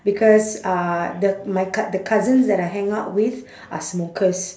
because uh the my cou~ the cousins that I hang out with are smokers